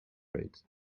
rate